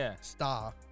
star